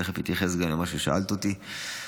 תכף אתייחס גם למה ששאלת אותי,